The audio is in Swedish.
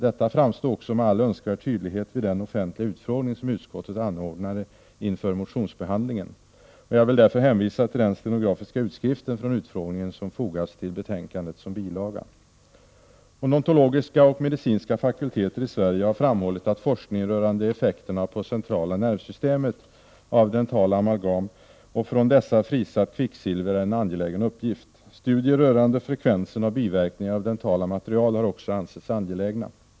Detta framstod också med all önskvärd tydlighet vid den offentliga utfrågning som utskottet anordnade inför motionsbehandlingen. Jag vill därför hänvisa till den stenografiska utskrift från utfrågningen som fogats till betänkandet som bilaga. Odontologiska och medicinska fakulteter i Sverige har framhållit att forskning rörande effekterna på centrala nervsystemet av dentalamalgam och från dessa frisatt kvicksilver är en angelägen uppgift. Studier rörande frekvensen av biverkningar av dentala material har också ansetts angelägna.